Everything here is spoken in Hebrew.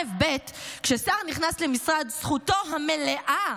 אלף-בית, כששר נכנס למשרד, זכותו המלאה,